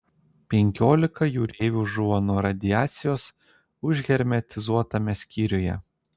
penkiolika jūreivių žuvo nuo radiacijos užhermetizuotame skyriuje